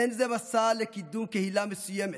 אין זה מסע לקידום קהילה מסוימת,